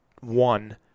one